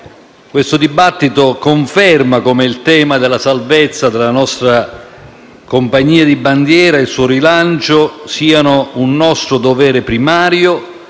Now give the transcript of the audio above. questo dibattito conferma come il tema della salvezza della nostra compagnia di bandiera e il suo rilancio siano un nostro dovere primario